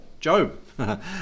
Job